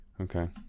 okay